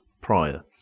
prior